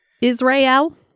Israel